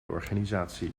organisatie